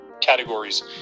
categories